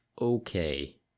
okay